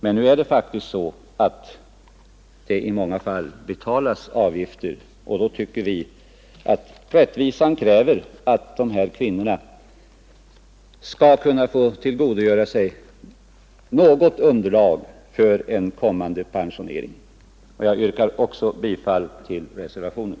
Men nu är det faktiskt så att det i många fall betalas avgifter, och då tycker vi att rättvisan kräver att dessa kvinnor skall kunna få tillgodogöra sig något underlag för en kommande pensionering. Jag yrkar också bifall till reservationen.